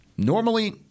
Normally